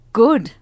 good